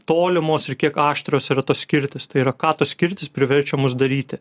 tolimos ir kiek aštrios yra tos skirtis tai yra ką tos skirtis priverčia mus daryti